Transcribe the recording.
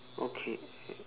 okay